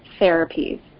therapies